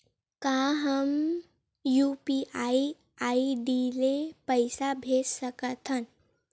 का हम UPI ID ले पईसा भेज सकथन?